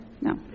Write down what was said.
No